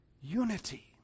unity